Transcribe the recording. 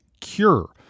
cure